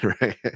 right